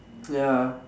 ya